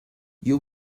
you